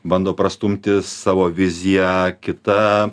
bando prastumti savo viziją kita